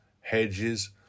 hedges